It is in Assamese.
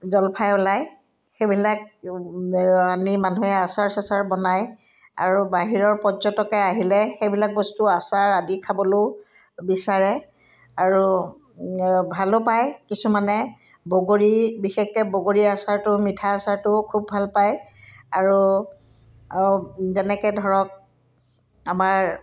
জলফাই ওলায় সেইবিলাক আনি মানুহে আচাৰ চেচাৰ বনায় আৰু বাহিৰৰ পৰ্যটকে আহিলে সেইবিলাক বস্তু আচাৰ আদি খাবলৈও বিচাৰে আৰু ভালো পায় কিছুমানে বগৰী বিশেষকৈ বগৰী আচাৰটো মিঠা আচাৰটোও খুব ভাল পায় আৰু অ যেনেকৈ ধৰক আমাৰ